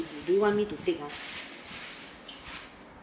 do you want me to take ah